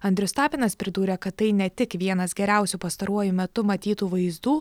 andrius tapinas pridūrė kad tai ne tik vienas geriausių pastaruoju metu matytų vaizdų